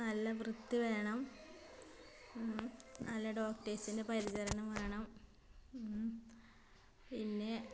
നല്ല വൃത്തി വേണം നല്ല ഡോക്ടേഴ്സി്റെ പരിചരണം വേണം പിന്നെ